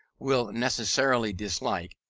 will necessarily dislike,